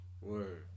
Word